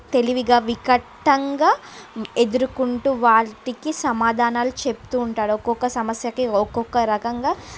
తెలివిగా వికటంగా ఎదుర్కొంటు వాటికి సమాధానాలు చెప్తు ఉంటాడు ఒక్కొక్క సమస్యకి ఒక్కొక్క రకంగా